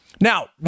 Now